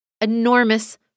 enormous